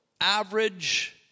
average